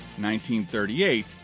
1938